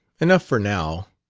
enough for now.